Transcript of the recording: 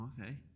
Okay